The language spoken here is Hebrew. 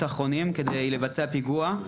האחרונים ממזרח ירושלים כדי לבצע פיגוע.